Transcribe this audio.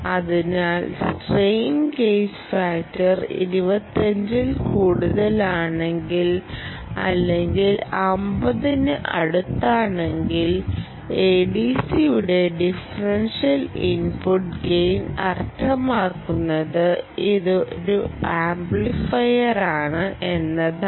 അതിനാൽ strain gauge factor 25 ൽ കൂടുതലാണെങ്കിൽ അല്ലെങ്കിൽ 50 ന് അടുത്താണെങ്കിൽ ADCയുടെ ഡിഫറൻഷ്യൽ ഇൻപുട്ട് ഗെയിൻ അർത്ഥമാക്കുന്നത് ഇത് ഒരു ആംപ്ലിഫയറാണ് എന്നാണ്